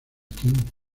kings